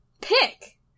Pick